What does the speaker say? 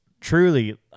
Truly